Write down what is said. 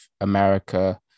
America